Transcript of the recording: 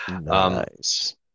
Nice